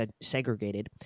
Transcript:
segregated